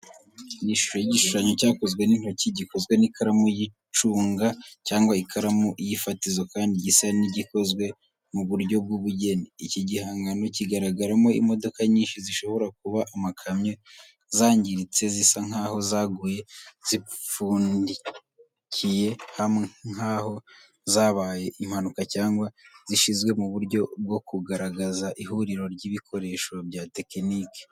Ni shusho y’igishushanyo cyakozwe n’intoki gikozwe n'ikaramu y'icunga cyangwa ikaramu y’ifatizo kandi gisa n'igikozwe mu buryo bw'ubugeni. Iki gihangano kigaragaramo imodoka nyinshi zishobora kuba amakamyo zangiritse zisa nk’aho zaguye, zipfundikiye hamwe, nk’aho zabaye impanuka cyangwa zishyizwe mu buryo bwo kugaragaza ihuriro ry’ibikoresho bya tekiniki.